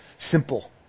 Simple